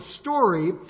story